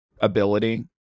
ability